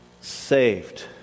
saved